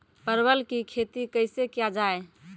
परवल की खेती कैसे किया जाय?